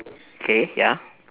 K ya